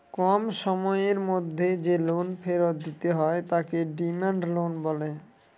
কম সময়ের মধ্যে যে লোন ফেরত দিতে হয় তাকে ডিমান্ড লোন বলে